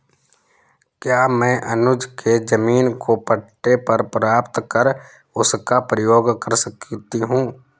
क्या मैं अनुज के जमीन को पट्टे पर प्राप्त कर उसका प्रयोग कर सकती हूं?